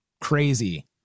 crazy